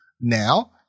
now